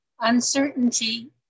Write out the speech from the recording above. uncertainty